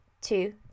two